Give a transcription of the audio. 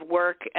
work